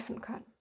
können